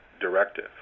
directive